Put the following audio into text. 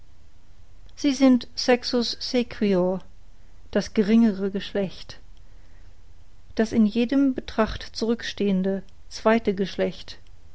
sie sind sexus sequior das geringere geschlecht das in jedem betracht zurückstehende zweite geschlecht